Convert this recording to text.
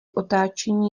otáčení